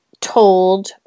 told